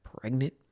pregnant